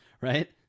right